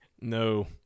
No